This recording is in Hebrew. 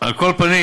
על כל פנים,